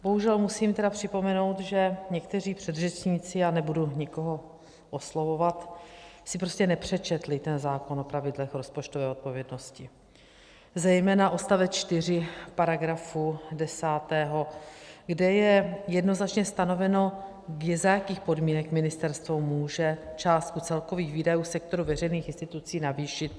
Bohužel musím tedy připomenout, že někteří předřečníci, já nebudu nikoho oslovovat, si prostě nepřečetli ten zákon o pravidlech rozpočtové odpovědnosti, zejména odst. 4 v § 10, kde je jednoznačně stanoveno, za jakých podmínek ministerstvo může částku celkových výdajů sektoru veřejných institucí navýšit.